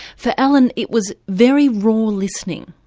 for ellen it was very raw listening,